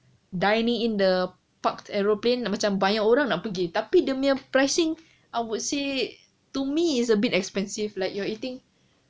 dining in the parked aeroplane like macam banyak orang nak pergi tapi dia punya pricing I would say to me is a bit expensive like you are eating